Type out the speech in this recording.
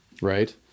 right